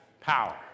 power